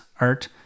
art